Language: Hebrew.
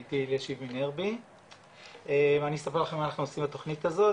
אני אספר לכם מה אנחנו עושים בתוכנית הזאת,